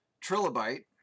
trilobite